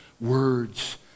words